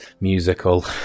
musical